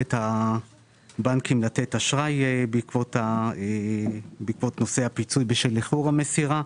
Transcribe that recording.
ביכולת הבנקים לתת אשראי בעקבות נושא הפיצוי בשל איחור המסירה?